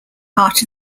heart